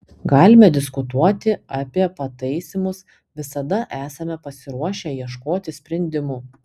galime diskutuoti apie pataisymus visada esame pasiruošę ieškoti sprendimų